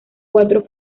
cuatro